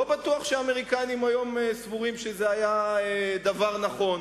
לא בטוח שהאמריקנים היום סבורים שזה היה דבר נכון,